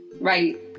Right